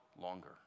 longer